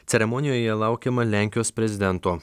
ceremonijoje laukiama lenkijos prezidento